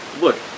Look